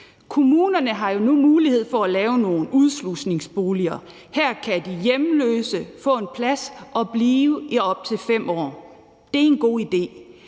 Kommunerne har jo nu mulighed for at lave nogle udslusningsboliger. Her kan de hjemløse få en plads og blive i op til 5 år. Det er en god idé.